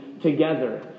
together